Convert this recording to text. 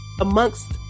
amongst